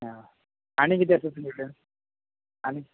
आं आनी कितें आसा तुमचे कडेन आनी